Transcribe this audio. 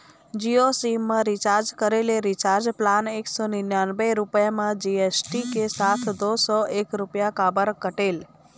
Jio SIM मा recharge करे ले रिचार्ज प्लान एक सौ निन्यानबे रुपए मा जी.एस.टी के साथ दो सौ एक रुपया काबर कटेल?